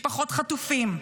משפחות החטופים,